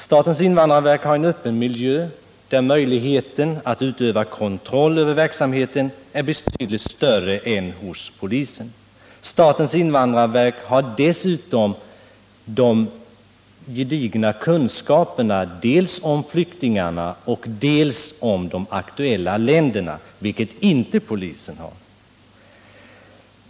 Statens invandrarverk har en öppen miljö, där möjligheten att utöva kontroll över verksamheten är betydligt större än hos polisen. Statens invandrarverk har dessutom gedigna kunskaper dels om flyktingarna, dels om de aktuella länderna, vilket inte polisen har.